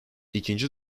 i̇kinci